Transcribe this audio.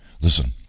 Listen